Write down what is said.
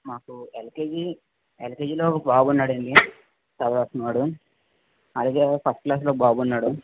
మాకు ఎల్కేజి ఎల్కేజీలో ఒక బాబు ఉన్నాడండి చదవాల్సినవాడు అలాగే ఫస్ట్ క్లాస్లో ఒక బాబు ఉన్నాడు